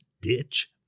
ditch